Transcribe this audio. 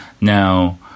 now